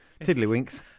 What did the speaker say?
Tiddlywinks